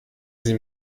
sie